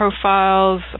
profiles